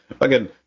again